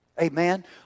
Amen